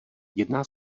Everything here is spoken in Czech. jedná